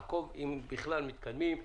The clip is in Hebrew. לעקוב אם בכלל מתקדמים.